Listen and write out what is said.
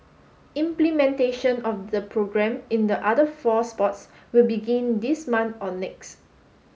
implementation of the programme in the other four sports will begin this month or next